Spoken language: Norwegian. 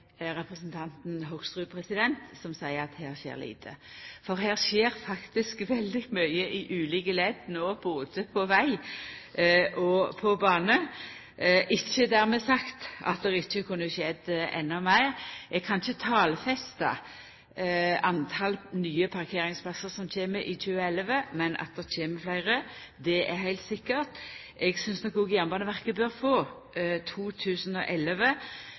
representanten Hoksrud, som seier at her skjer lite. For her skjer faktisk veldig mykje i ulike ledd no både på veg og på bane – ikkje dermed sagt at det ikkje kunne skjett endå meir. Eg kan ikkje talfesta kor mange nye parkeringsplassar som kjem i 2011, men at det kjem fleire, er heilt sikkert. Eg synest nok òg Jernbaneverket bør få 2011